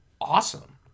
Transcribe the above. awesome